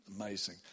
amazing